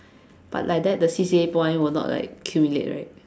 but like that the C_C_A point will not like accumulate right